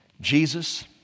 Jesus